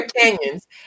canyons